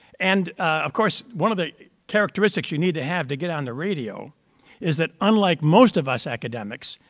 and, of course, one of the characteristics you need to have to get on the radio is, that unlike most of us academics,